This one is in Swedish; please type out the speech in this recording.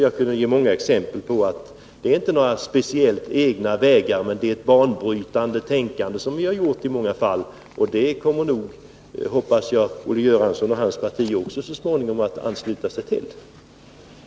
Jag kunde ge många exempel på att det inte är några speciellt egna vägar vi går. Men det är ett banbrytande tänkande som vi har presterat i många fall, och jag hoppas att Olle Göransson och hans parti också så småningom kommer att ansluta sig till det.